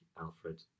Alfred